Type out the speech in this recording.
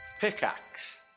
Pickaxe